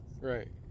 Right